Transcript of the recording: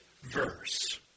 verse